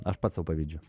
aš pats sau pavydžiu